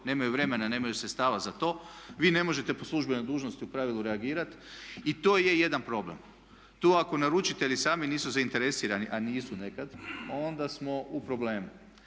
Nemaju vremena, nemaju sredstava za to. Vi ne možete po službenoj dužnosti u pravilu reagirati i to je jedan problem. Tu ako naručitelji sami nisu zainteresirani a nisu nekada onda smo u problemu.